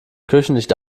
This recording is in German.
küchenlicht